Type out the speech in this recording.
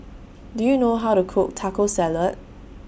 Do YOU know How to Cook Taco Salad